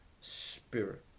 Spirit